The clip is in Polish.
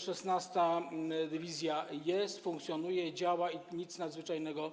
16. dywizja jest, funkcjonuje, działa i nic nadzwyczajnego